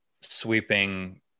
sweeping